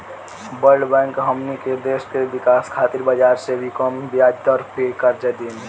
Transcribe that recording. world Bank हमनी के देश के विकाश खातिर बाजार से भी कम ब्याज दर पे कर्ज दिही